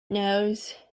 knows